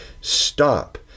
stop